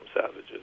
savages